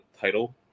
title